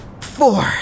four